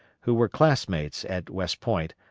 who were classmates at west point,